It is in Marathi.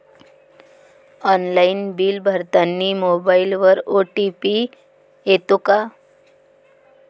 ऑनलाईन बिल भरतानी मोबाईलवर ओ.टी.पी येते का?